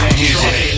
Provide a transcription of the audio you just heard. music